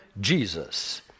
Jesus